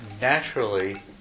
naturally